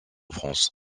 france